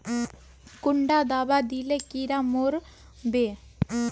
कुंडा दाबा दिले कीड़ा मोर बे?